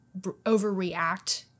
overreact